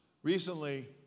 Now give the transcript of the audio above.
Recently